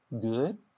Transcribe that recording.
good